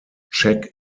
check